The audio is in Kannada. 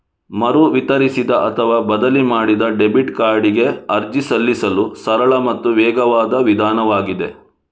ಮರು ವಿತರಿಸಿದ ಅಥವಾ ಬದಲಿ ಮಾಡಿದ ಡೆಬಿಟ್ ಕಾರ್ಡಿಗೆ ಅರ್ಜಿ ಸಲ್ಲಿಸಲು ಸರಳ ಮತ್ತು ವೇಗವಾದ ವಿಧಾನವಾಗಿದೆ